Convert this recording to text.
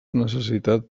necessitat